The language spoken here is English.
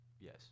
Yes